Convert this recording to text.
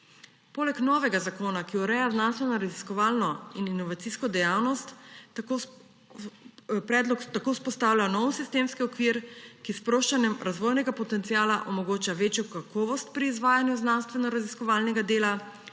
Poleg novega zakona, ki ureja znanstvenoraziskovalno in inovacijsko dejavnost, predlog tako vzpostavlja nov sistemski okvir, ki s sproščanjem razvojnega potenciala omogoča večjo kakovost pri izvajanju znanstvenoraziskovalnega dela,